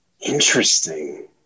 interesting